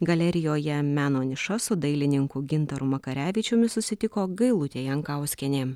galerijoje meno niša su dailininku gintaru makarevičiumi susitiko gailutė jankauskienė